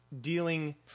dealing